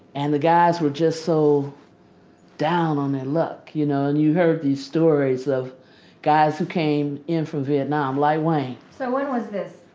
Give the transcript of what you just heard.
and the guys were just so down on their luck, you know you heard these stories of guys who came in from vietnam, like wayne so when was this?